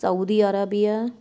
Saudi Arabia